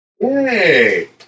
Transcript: Yay